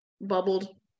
bubbled